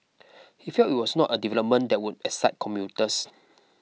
he felt it was not a development that would excite commuters